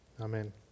Amen